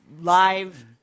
live